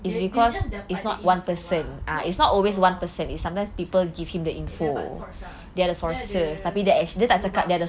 dia just dapat the info lah apa oh dia dapat source ah dia ada lubang